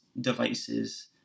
devices